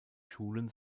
schulen